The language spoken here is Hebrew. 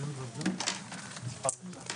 הישיבה ננעלה בשעה 12:14.